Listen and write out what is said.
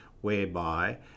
whereby